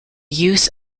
use